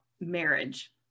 marriage